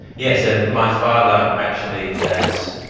yeah so my father actually has,